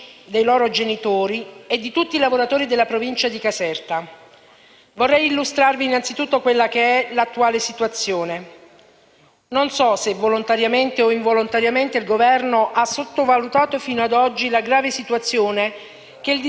non so se volontariamente o involontariamente, il Governo ha sottovalutato fino a oggi la grave situazione che il dissesto della Provincia di Caserta sta causando e che a breve porterà a un totale collasso a cui sarà probabilmente impossibile porre rimedio.